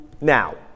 now